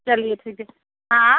चलिए ठीक है हाँ